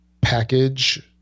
package